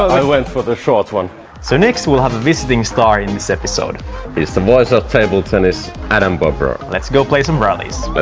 i went for the short one so next we'll have a visiting star in this episode he's the voice of table tennis, adam bobrow! let's go play some rallies! but